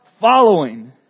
following